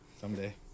Someday